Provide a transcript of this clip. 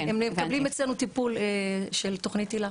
כן, הם מקבלים אצלנו טיפול של תכנית הילה.